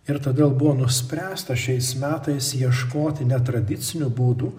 ir todėl buvo nuspręsta šiais metais ieškoti netradicinių būdų